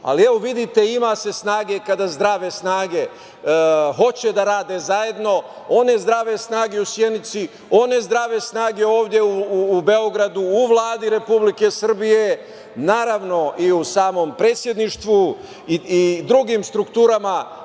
evo vidite, ima se snage kada zdrave snage hoće da rade zajedno, one zdrave snage u Sjenici, one zdrave snage ovde u Beogradu, u Vladi Republike Srbije, naravno i u samom predsedništvu i u drugim strukturama